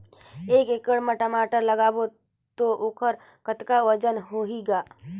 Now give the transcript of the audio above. एक एकड़ म टमाटर लगाबो तो ओकर कतका वजन होही ग?